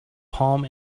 palm